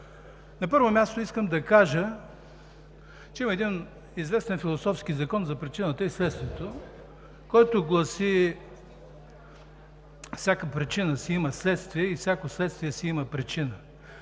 На първо място, искам да кажа, че има един известен философски закон за причината и следствието, който гласи: „Всяка причина си има следствие и всяко следствие си има причина“.